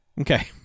Okay